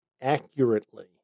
accurately